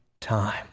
time